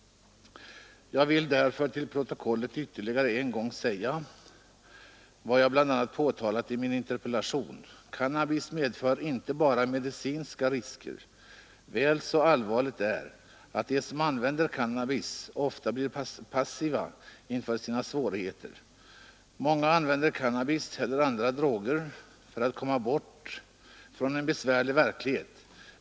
Jag vill därför till protokollet ytterligare en gång anföra, vad jag bl.a. påtalat i min interpellation. ”Men cannabis medför inte bara medicinska risker. Väl så allvarligt är att de som använder cannabis ofta blir passiva inför sina svårigheter. Många använder cannabis, eller andra droger, för att komma bort från en besvärlig verklighet.